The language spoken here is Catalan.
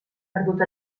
perdut